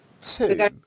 two